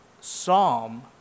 psalm